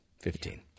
Fifteen